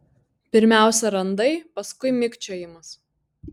pirmiausia randai paskui mikčiojimas